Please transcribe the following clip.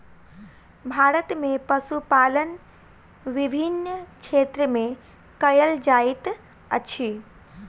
भारत में पशुपालन विभिन्न क्षेत्र में कयल जाइत अछि